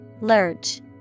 Lurch